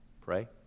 Pray